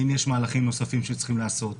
האם יש מהלכים נוספים שצריכים להיעשות?